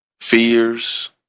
fears